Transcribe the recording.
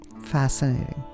Fascinating